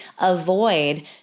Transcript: avoid